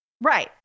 Right